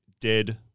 dead